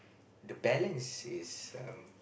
the balance is um